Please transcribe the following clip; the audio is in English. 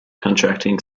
contracting